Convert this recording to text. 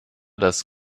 das